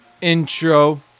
intro